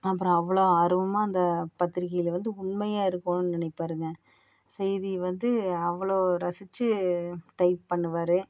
அப்புறம் அவ்வளோ ஆர்வமா அந்த பத்திரிக்கையில் வந்து உண்மையாக இருக்கணுன்னு நினைப்பாருங்க செய்தி வந்து அவ்வளோ ரசிச்சு டைப் பண்ணுவார்